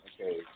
okay